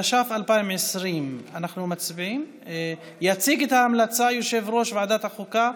התש"ף 2020. יציג את ההמלצה יושב-ראש ועדת החוקה,